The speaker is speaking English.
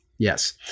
Yes